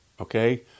Okay